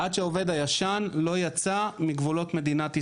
עד שהעובד הישן לא יצא מגבולות מדינת ישראל.